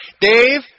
Dave